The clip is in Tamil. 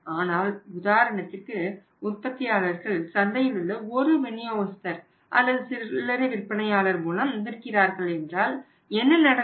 ஆனால் உதாரணத்திற்கு உற்பத்தியாளர்கள் சந்தையிலுள்ள ஒரு விநியோகஸ்தர் அல்லது சில்லறை விற்பனையாளர் மூலம் விற்கிறார்கள் என்றால் என்ன நடக்கும்